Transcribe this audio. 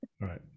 right